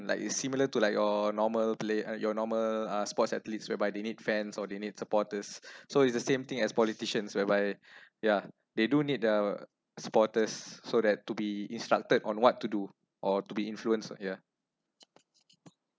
like it similar to like your normal play and your normal uh sports athletes whereby they need fans or they need supporters so it's the same thing as politicians whereby yeah they do need the supporters so that to be instructed on what to do or to be influence yeah